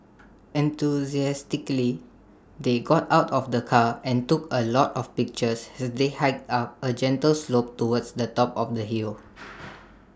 enthusiastically they got out of the car and took A lot of pictures as they hiked up A gentle slope towards the top of the hill